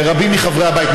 ורבים מחברי הבית,